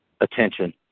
attention